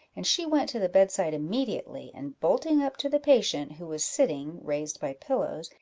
and she went to the bedside immediately, and bolting up to the patient, who was sitting, raised by pillows,